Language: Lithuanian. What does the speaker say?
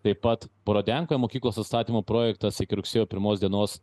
taip pat parodenkoje mokyklos atstatymo projektas iki rugsėjo pirmos dienos